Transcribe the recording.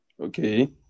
Okay